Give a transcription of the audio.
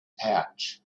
pouch